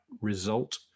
result